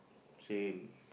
she